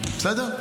בסדר?